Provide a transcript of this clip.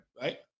Right